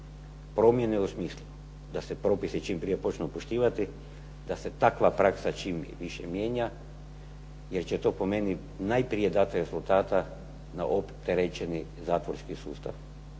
promjene u smislu da se propisi čim prije počnu poštivati, da se takva praksa čim više mijenja, jer će to po meni najprije dati rezultata na opterećeni zatvorski sustav.